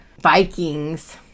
Vikings